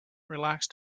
relaxed